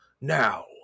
now